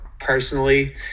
Personally